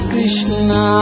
Krishna